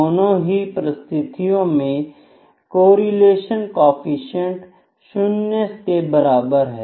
दोनों ही परिस्थितियों में कोरिलेशन केफीसिएंट शून्य के बराबर है